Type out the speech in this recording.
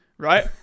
right